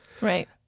right